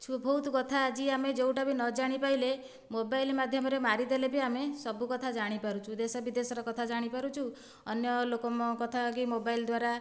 ଛୁ ବହୁତ କଥା ଆଜି ଆମେ ଯେଉଁଟାବି ନ ଜାଣିପାଇଲେ ମୋବାଇଲ୍ ମାଧ୍ୟମରେ ମାରିଦେଲେ ବି ଆମେ ସବୁ କଥା ଜାଣିପାରୁଛୁ ଦେଶ ବିଦେଶର କଥା ଜାଣିପାରୁଛୁ ଅନ୍ୟ ଲୋକ ମ କଥା କି ମୋବାଇଲ୍ ଦ୍ୱାରା